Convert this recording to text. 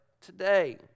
today